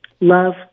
Love